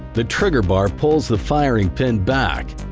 the trigger bar pulls the firing pin back.